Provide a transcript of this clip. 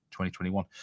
2021